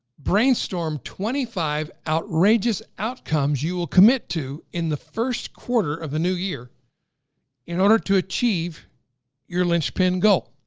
brainstorm twenty five outrageous outcomes you will commit to in the first quarter of a new year in order to achieve your linchpin goal.